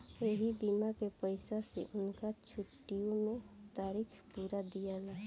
ऐही बीमा के पईसा से उनकर छुट्टीओ मे तारीख पुरा दियाला